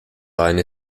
line